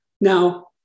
Now